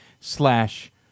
slash